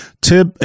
tip